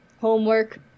homework